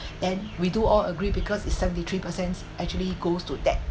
and we do all agree because it's seventy three percent actually goes to that